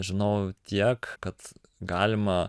žinau tiek kad galima